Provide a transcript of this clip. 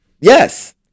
Yes